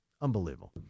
Unbelievable